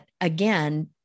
again